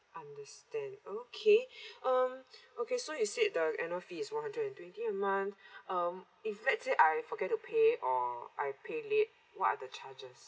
understand okay um okay so you said the annual fee is one hundred and twenty a month um if let's say I forget to pay or I pay late what are the charges